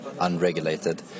unregulated